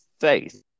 faith